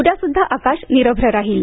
उद्यासुद्धा आकाश निरभ्र राहील